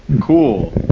cool